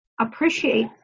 appreciate